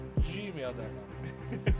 gmail.com